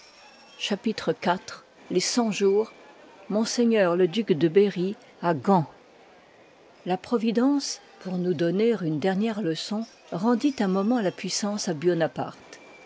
chapitre iv les cent jours m le duc deberrj à gand la providence pour nous donner une dernière leçon rendit un moment la puissance à